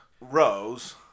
Rose